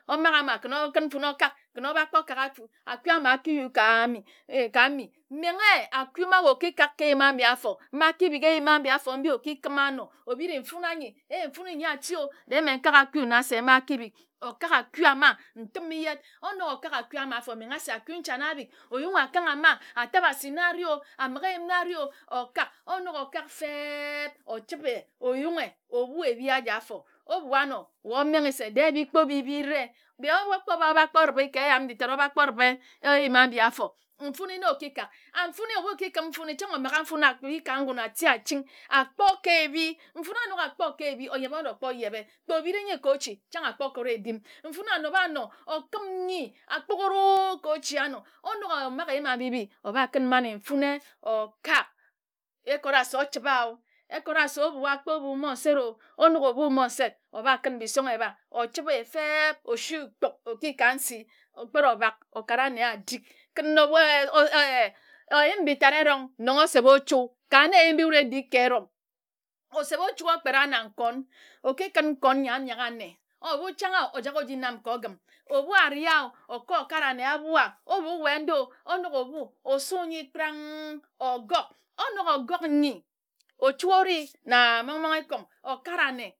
Omaka ama ken okun mfuni okak krn oba kpor kak aku, aku ama akiyud ka mi ka menghe aku ma wae okikak ka eyim ajinor afor ma akikik ayim aji afor mbi okikim anot obiri mfuni anyi a mfuni anyi ati õ de mme nkak aku ma se ma akibik okak aku ama neim yid onok okak aku ama afor omrngha se aku nchane abik oyunghe akank ama atabasi na areh õ ambighe eyim na areh õ okak onok okak feb o-chibr ayunghe obui ebi anyi afor obua anpr wae omenghe se de bi ebikpor obi-re wae okpor ba obakpor ribe ke eyam njitad obakpor ribe eyim abi afor mfuni nor okikak mfuni ebu okikim mfuni chang omaya mfuni akumi ka ngua ati aching akpor ke ebi mfuni anok akpor ke ebi ojeb orokpor ojebe kpe obiri nyine ko ochi chang akpor kod edim mfuni anoba anor okim nyi akpuru ko ochi anor anok oma ge abibi oba kun man mfuni okak ekora se ochibe õ ekora se obui kpor obui monsed õ onok obui monsed obakun bi-isonge eba ochibe feb osui kpuk oki ka nsi okpere akara anne adik kin wae eh oyim bitad erong nong osep ochu ka yin eyim mbi wud edik ke erom osep ochu okpera na nkon okikun nkon nyi anyae anne or ebu chang õ ojak ojinam kor ogim rbu areh õ okor akare anne abua obu wae ndor õ onok obu osu nyine kprank ogok anok ogo k nyi ochu ori na mmon mmon ikong okare anne